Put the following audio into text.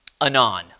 Anon